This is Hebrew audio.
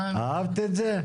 אהבת את זה?